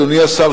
אדוני השר,